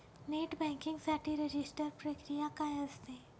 Net banking साठी register प्रक्रिया काय असते?